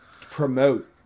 promote